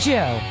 Joe